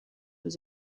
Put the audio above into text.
was